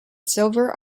silver